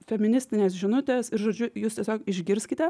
feministinės žinutės ir žodžiu jūs tiesiog išgirskite